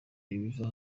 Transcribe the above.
ibiva